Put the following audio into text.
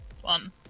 One